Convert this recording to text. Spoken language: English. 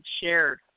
shared